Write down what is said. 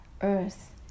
earth